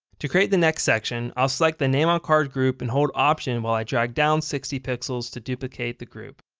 to create the next section, i'll select the name on card group and hold option while i drag down sixty pixels to duplicate the group.